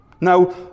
Now